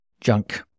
junk